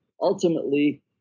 ultimately